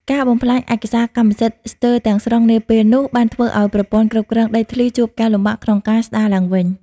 ការបំផ្លាញឯកសារកម្មសិទ្ធិស្ទើរទាំងស្រុងនាពេលនោះ បានធ្វើឱ្យប្រព័ន្ធគ្រប់គ្រងដីធ្លីជួបការលំបាកក្នុងការស្ដារឡើងវិញ។